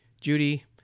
Judy